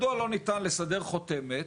מדוע לא ניתן לסדר חותמת